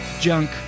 junk